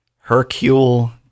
Hercule